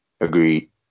Agreed